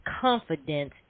confidence